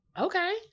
okay